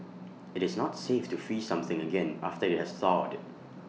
IT is not safe to freeze something again after IT has thawed